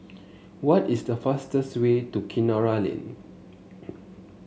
what is the fastest way to Kinara Lane